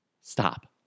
stop